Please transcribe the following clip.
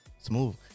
Smooth